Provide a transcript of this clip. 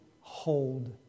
hold